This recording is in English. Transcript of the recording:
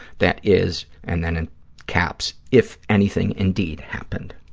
that is, and then in caps, if anything indeed happened.